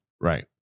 Right